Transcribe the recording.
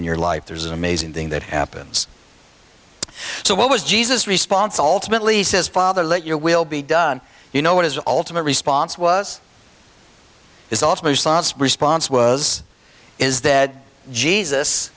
in your life there's an amazing thing that happens so what was jesus response alternately says father let your will be done you know what his ultimate response was is also his last response was is that jesus